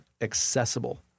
accessible